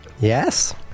Yes